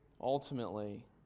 Ultimately